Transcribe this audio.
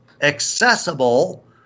accessible